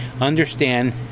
understand